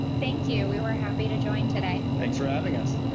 thank you. we were happy to join today. thanks for having us.